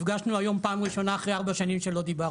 נפגשנו היום פעם ראשונה אחרי ארבע שנים שלא דיברנו.